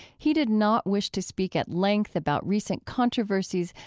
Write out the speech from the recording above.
he did not wish to speak at length about recent controversies,